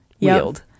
wield